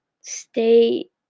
stay